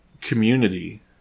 community